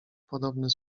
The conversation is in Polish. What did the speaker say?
podobny